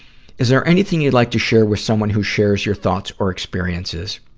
is there anything you'd like to share with someone who shares your thoughts or experiences?